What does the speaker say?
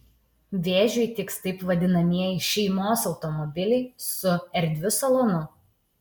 vėžiui tiks taip vadinamieji šeimos automobiliai su erdviu salonu